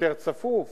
ויותר צפוף